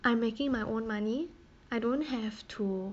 I am making my own money I don't have to